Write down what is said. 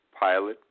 pilot